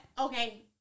Okay